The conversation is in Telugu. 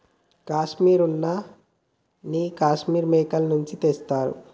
కాశ్మీర్ ఉన్న నీ కాశ్మీర్ మేకల నుంచి తీస్తారు